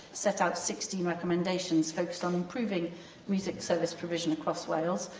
set out sixteen recommendations focused on improving music service provision across wales.